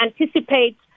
anticipate